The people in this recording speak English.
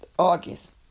August